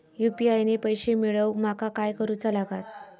UPI ने पैशे मिळवूक माका काय करूचा लागात?